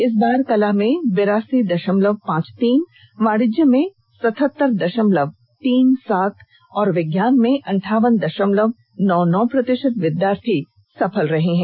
इस बार कला में बिरासी दशमलव पांच तीन वाणिज्य में सतहतर दशमलव तीन सात और विज्ञान में अंठावन दशमलव नौ नौ प्रतिशत विद्यार्थी सफल रहे हैं